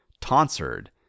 tonsured